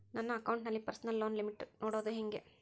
ನನ್ನ ಅಕೌಂಟಿನಲ್ಲಿ personal loan limit ನೋಡದು ಹೆಂಗೆ?